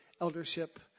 eldership